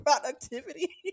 productivity